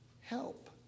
help